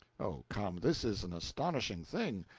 oh, come, this is an astonishing thing.